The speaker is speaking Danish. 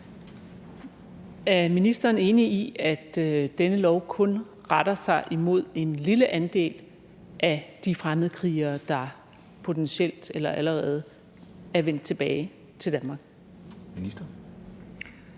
Er ministeren enig i, at dette lovforslag kun retter sig mod en lille andel af de fremmedkrigere, der potentielt vender tilbage eller allerede er vendt tilbage til Danmark?